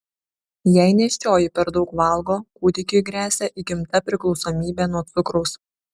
jei nėščioji per daug valgo kūdikiui gresia įgimta priklausomybė nuo cukraus